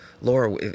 Laura